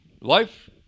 life